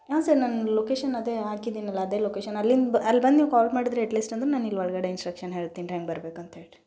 ಹಾಂ ಸರ್ ನನ್ನ ಲೊಕೇಶನ್ ಅದೇ ಹಾಕಿದ್ದೀನಲ್ಲ ಅದೇ ಲೊಕೇಶನ್ ಅಲ್ಲಿಂದ ಬ ಅಲ್ಲಿ ಬಂದು ನೀವು ಕಾಲ್ ಮಾಡಿದರೆ ಎಟ್ಲೀಸ್ಟ್ ಅಂದ್ರೆ ನಾನು ಇಲ್ಲಿ ಒಳಗಡೆ ಇನ್ಸ್ಟ್ರಕ್ಷನ್ ಹೇಳ್ತೀನಿ ಹೆಂಗೆ ಬರ್ಬೇಕು ಅಂತ ಹೇಳಿ